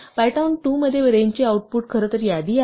Python 2 मध्ये range चे output खरं तर यादी आहे